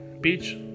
beach